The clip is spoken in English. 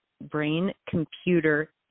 brain-computer